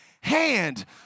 hand